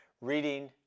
Reading